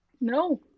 No